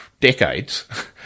decades-